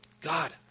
God